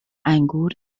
انگور